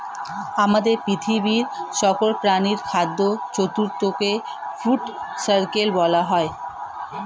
আমাদের পৃথিবীর সকল প্রাণীর খাদ্য চক্রকে ফুড সার্কেল বলা হয়